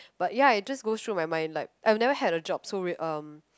but ya it just go through my mind like I've never had a job so re~ um